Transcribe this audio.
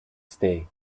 stay